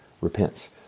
repents